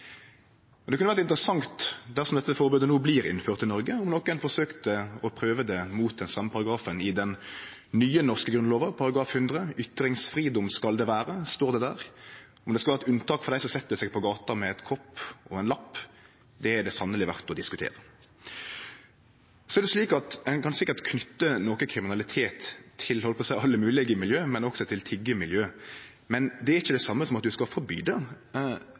grunnloven. Det kunne ha vore interessant, dersom dette forbodet no blir innført i Noreg, om nokon forsøkte å prøve det mot den same paragrafen i den nye, norske Grunnloven § 100 – «Ytringsfridom skal det vere», står det der. Om det skal vere eit unnatak for dei som set seg på gata med ein kopp og ein lapp, er det sanneleg verdt å diskutere. Så er det slik at ein kan sikkert knyte noko kriminalitet til alle moglege miljø, også til tiggemiljøet, men det er ikkje det same som at ein skal forby tigging. Det